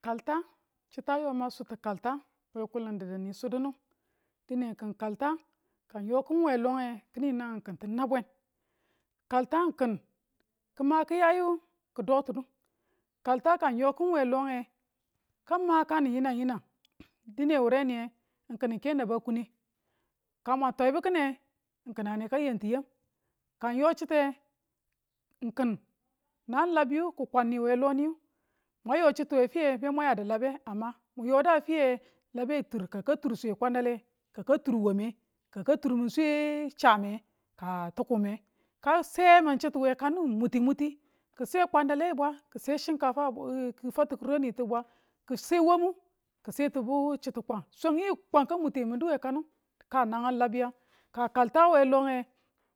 kalta chitu ayo mang sutu kalta we kuli̱n di̱du ni sudunu dine ki̱n kalta ka ng yo kin we longe ki̱ni nangang ki̱n tu nabwen. kalta ng ki̱n kima kiyayu ki dotindu kalta kan yokin we lo ng ka makan yinang yinang dine wureni ye ng ki̱n ke naba kunne ka mwang twaibu ki̱ne ki̱n ane yan ti̱ yam ka ng yo chite ng ki̱n nan labiyu ki̱ kwan ni we lo niyu mwan yo chitu we fiye be mwan yadu labe a ma mu yo du a fiye labe tur kaka tur swe kwandale nge ka ka tur wame ka ka tur mi̱n swe chaame ka tukume, ka se min chity we kanu muti muti ki̱ se kwandale bwe ki se chikafa fati̱ kuruni bwa ki se wamu ki see chitu kwang swangi kwan ka mutemindu we kanu ka nangang labiyang ka kaltawe longe